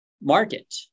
market